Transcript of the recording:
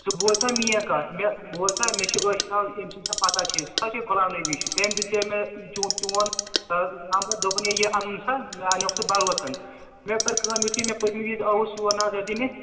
ژٕ بوز سا میٛٲنۍ کَتھ مےٚ بوز سا مےٚ چھِ عٲشناو یٔمۍ سٕنٛز ژےٚ پَتاہ چھےٚ سُہ حظ چھُ غُلام نبی چھُ تٔمی دِژٲو مےٚ چون نمبر دوٚپُن ہَے یہِ اَنُن سا مےٚ اَنیٛوکھ ژٕ بَروسن مےٚ کٔر کٲم یِتھُے بہٕ پٔتۍمہِ وِزِ آوُس یور نظر دِنہِ